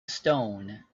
stone